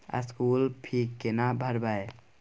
School fee केना भरबै?